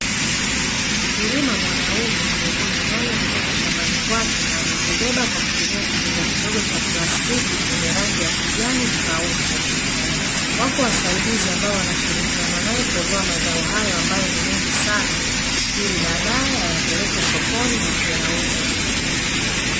Mkulima mwanaume amevuna nyanya kutoka shambani kwake na amezibeba kwa kutumia kitenga kidogo cha plastiki chenye rangi ya kijani mpauko. Wako wasaidizi ambao wanashirikiana nae kuondoa mazao hayo ambayo ni mengi sana, ili baadae ayapeleke sokoni na kuyauza.